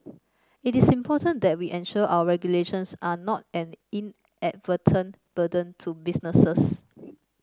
it is important that we ensure our regulations are not an inadvertent burden to businesses